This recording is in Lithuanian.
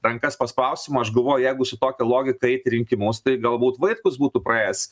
rankas paspausim o aš galvoju jeigu su tokia logika eit į rinkimus tai galbūt vaitkus būtų praėjęs